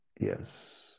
Yes